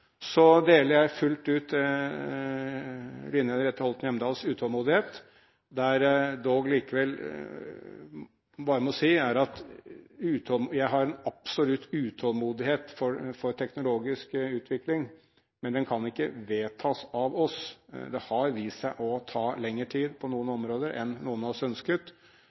Så deler jeg fullt ut Line Henriette Hjemdals utålmodighet. Det jeg dog allikevel må si, er at jeg har en absolutt utålmodighet for teknologisk utvikling, men den kan ikke vedtas av oss. Det har vist seg å ta lengre tid på noen områder enn noen av oss ønsket.